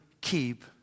keep